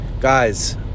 Guys